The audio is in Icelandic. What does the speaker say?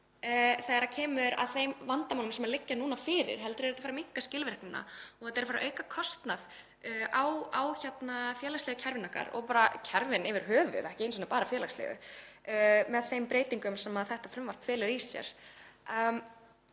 þegar kemur að þeim vandamálum sem liggja núna fyrir heldur er þetta að fara að minnka skilvirknina og þetta er að fara að auka kostnað í félagslega kerfinu okkar og bara kerfunum yfir höfuð, ekki bara því félagslega, með þeim breytingum sem þetta frumvarp felur í sér.